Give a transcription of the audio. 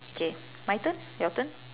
K my turn your turn